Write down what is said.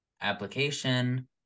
application